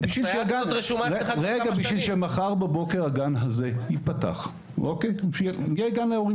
כדי שמחר בבוקר הגן הזה ייפתח כדי שההורים